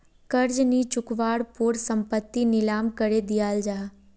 कर्ज नि चुक्वार पोर संपत्ति नीलाम करे दियाल जाहा